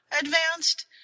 advanced